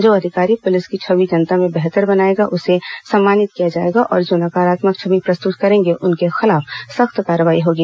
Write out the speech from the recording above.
जो अधिकारी पुलिस की छवि जनता में बेहतर बनाएंगे उन्हें सम्मानित किया जाएगा और जो नकारात्मक छवि प्रस्तुत करेंगे उनके खिलाफ सख्त कार्रवाई होगी